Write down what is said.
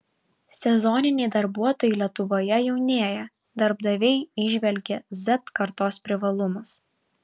sezoniniai darbuotojai lietuvoje jaunėja darbdaviai įžvelgia z kartos privalumus